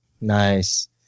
Nice